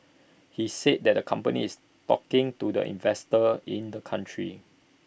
he said that the company is talking to the investors in the country